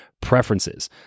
preferences